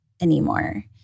anymore